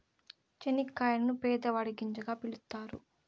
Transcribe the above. చనిక్కాయలను పేదవాడి గింజగా పిలుత్తారు